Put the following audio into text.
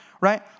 Right